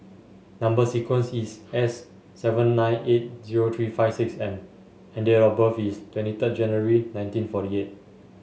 number sequence is S seven nine eight zero three five six M and date of birth is twenty third January nineteen forty eight